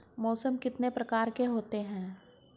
मौसम कितने प्रकार के होते हैं?